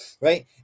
right